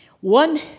One